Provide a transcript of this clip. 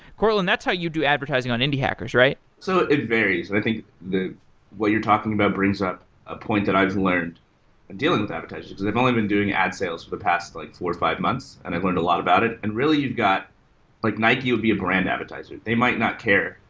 courtland, that's how you do advertising on indie hackers, right? so it varies. i think what you're talking about brings up a point that i've learned in dealing with advertising, because i've only been doing ad sales for the past like four, five months, and i learned a lot about it. and really, you've got like nike would be a brand advertiser. they might not care.